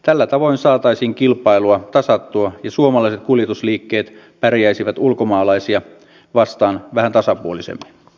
tällä tavoin saataisiin kilpailua tasattua ja suomalaiset kuljetusliikkeet pärjäisivät ulkomaalaisia vastaan vähän tasapuolisemmin